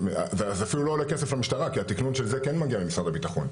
זה אפילו לא עולה כסף למשטרה כי התקנון של זה כן מגיע ממשרד הביטחון.